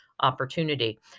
Opportunity